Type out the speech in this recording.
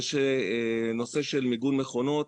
יש נושא של מיגון מכונות